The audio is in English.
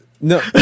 No